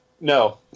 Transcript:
No